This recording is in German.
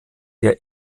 der